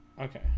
Okay